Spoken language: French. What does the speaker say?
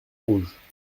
rouges